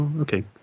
Okay